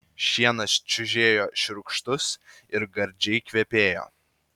šienas čiužėjo šiurkštus ir gardžiai kvepėjo